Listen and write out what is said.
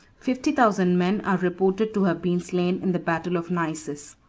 fifty thousand men are reported to have been slain in the battle of naissus.